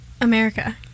America